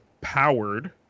powered